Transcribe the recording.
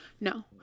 No